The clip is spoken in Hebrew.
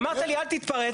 אמרת לי אל תתפרץ.